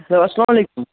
hello السلام علیکُم